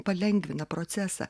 palengvina procesą